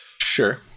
Sure